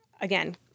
again